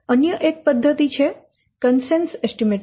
અન્ય એક પદ્ધતિ છે કન્સેન્સસ એસ્ટીમેંટિંગ